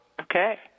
Okay